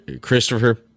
Christopher